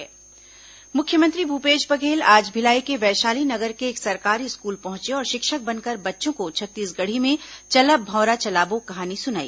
CM नींव और भाषा पिटारा मुख्यमंत्री भूपेश बघेल आज भिलाई के वैशाली नगर के एक सरकारी स्कूल पहुंचे और शिक्षक बनकर बच्चों को छत्तीसगढ़ी में चलब भौंरा चलाबो कहानी सुनाई